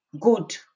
good